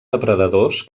depredadors